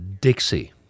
Dixie